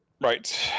right